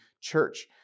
church